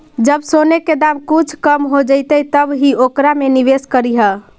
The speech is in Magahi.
जब सोने के दाम कुछ कम हो जइतइ तब ही ओकरा में निवेश करियह